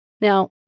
Now